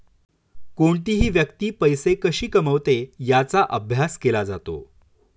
कोणतीही व्यक्ती पैसे कशी कमवते याचा अभ्यास केला जातो